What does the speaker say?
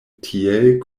tiel